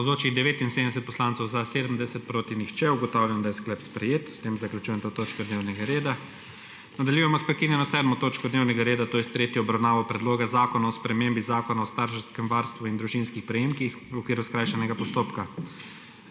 (Za je glasovalo 70.) (Proti nihče.) Ugotavljam, da je sklep sprejet. S tem zaključujem to točko dnevnega reda. Nadaljujemo s prekinjeno 7. točko dnevnega reda, to je tretja obravnava Predloga zakona o spremembi Zakona o starševskem varstvu in družinskih prejemkih v okviru skrajšanega postopka.